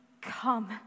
come